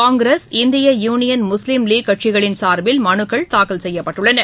காங்கிரஸ் இந்திய Union Muslim League கட்சிகளின் சாா்பில் மனுக்கள் தாக்கல் செய்யப்பட்டுள்ளன